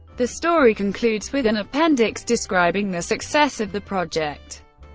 the story concludes with an appendix describing the success of the project.